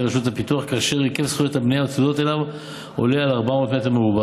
רשות הפיתוח כאשר היקף זכויות הבנייה הצמודות אליו עולה על 400 מ"ר,